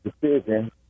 decision